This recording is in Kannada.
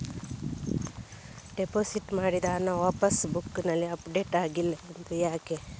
ಡೆಪೋಸಿಟ್ ಮಾಡಿದ ಹಣ ಪಾಸ್ ಬುಕ್ನಲ್ಲಿ ಅಪ್ಡೇಟ್ ಆಗಿಲ್ಲ ಅದು ಯಾಕೆ?